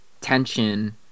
Tension